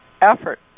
effort